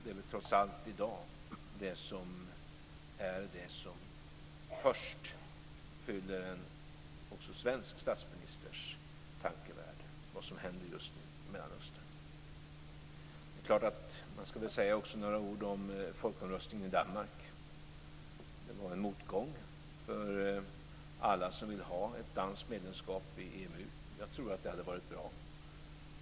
Det som händer just nu i Mellanöstern är trots allt det som i dag först fyller också en svensk statsministers tankevärld. Det är klart att man också ska säga några ord om folkomröstningen i Danmark. Det var en motgång för alla som vill ha ett danskt medlemskap i EMU. Jag tror att det hade varit bra.